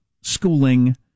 schooling